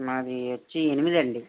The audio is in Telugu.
నావి వచ్చి ఎనిమిది అండి